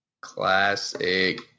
Classic